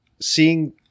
seeing